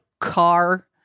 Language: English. car